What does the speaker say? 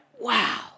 wow